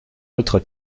autre